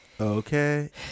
Okay